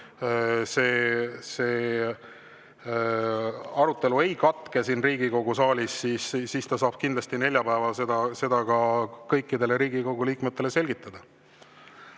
see arutelu ei katke siin Riigikogu saalis võimatuse tõttu, saab kindlasti neljapäeval seda kõikidele Riigikogu liikmetele selgitada.